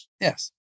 Yes